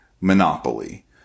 Monopoly